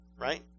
right